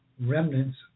remnants